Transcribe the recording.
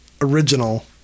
original